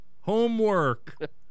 Homework